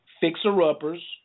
fixer-uppers